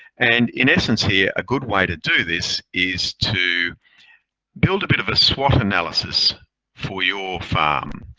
and in essence here, a good way to do this is to build a bit of a swot analysis for your farm.